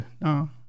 no